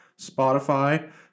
Spotify